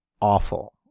awful